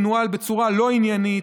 מנוהל בצורה לא עניינית,